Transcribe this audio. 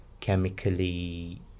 chemically